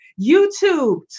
YouTube